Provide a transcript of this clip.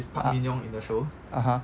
uh (uh huh)